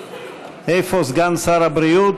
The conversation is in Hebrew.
איפה סגן שר הבריאות?